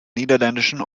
niederländischen